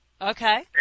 Okay